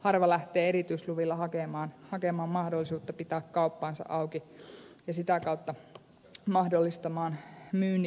harva lähtee erityisluvilla hakemaan mahdollisuutta pitää kauppaansa auki ja sitä kautta mahdollistamaan myynnit